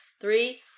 Three